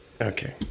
Okay